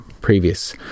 previous